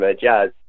jazz